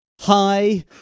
Hi